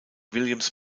williams